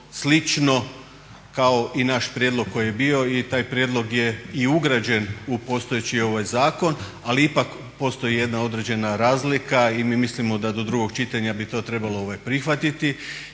slično kao i naš prijedlog koji je bio i taj prijedlog je i ugrađen u postojeći zakon, ali ipak postoji jedna određena razlika i mi mislimo da do drugog čitanja bi to trebalo prihvatiti.